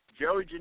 Joey